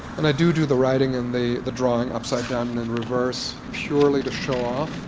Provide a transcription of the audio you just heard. and i do do the writing and the the drawing, upside down and and reverse, purely to show off.